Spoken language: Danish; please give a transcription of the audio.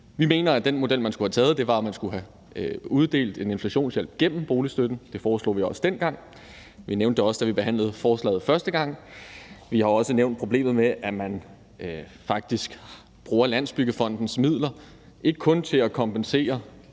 Vi mener, at den model, man skulle have taget, var, at man skulle have uddelt en inflationshjælp gennem boligstøtten. Det foreslog vi også dengang. Vi nævnte det også, da vi behandlede forslaget første gang. Vi har også nævnt problemet med, at man faktisk bruger Landsbyggefondens midler, ikke kun til at kompensere